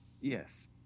Yes